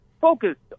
Focused